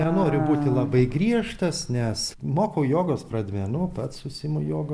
nenoriu būti labai griežtas nes mokau jogos pradmenų pats užsiimu joga čia esu ir